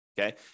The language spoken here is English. okay